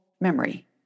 memory